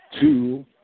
two